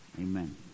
amen